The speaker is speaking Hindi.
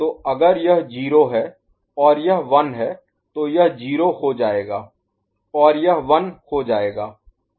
तो अगर यह 0 है और यह 1 है तो यह 0 हो जाएगा और यह 1 हो जाएगा